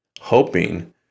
hoping